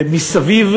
ומסביב,